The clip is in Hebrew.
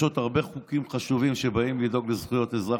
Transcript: יש עוד הרבה חוקים חשובים שבאים לדאוג לזכויות אזרח